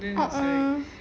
ah ah